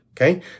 okay